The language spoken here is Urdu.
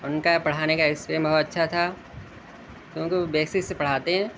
ان کا پڑھانے کا ایکسپیرینس بہت اچھا تھا کیونکہ وہ بیسک سے پڑھاتے ہیں